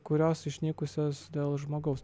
kurios išnykusios dėl žmogaus